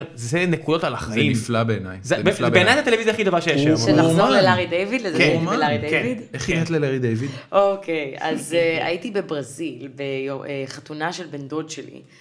זה נקודות על החיים. זה נפלא בעיניי. זה נפלא בעיניי. בעיניי זה הטלוויזיה הכי דבר שיש שם. שלחזור ללארי דיוויד? כן. ללארי דיוויד? כן. איך היית ללארי דיוויד? אוקיי, אז הייתי בברזיל, בחתונה של בן דוד שלי.